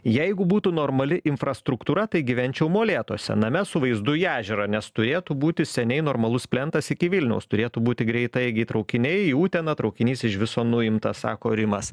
jeigu būtų normali infrastruktūra tai gyvenčiau molėtuose name su vaizdu į ežerą nes turėtų būti seniai normalus plentas iki vilniaus turėtų būti greitaeigiai traukiniai į uteną traukinys iš viso nuimtas sako rimas